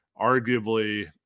arguably